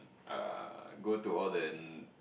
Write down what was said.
uh go to all the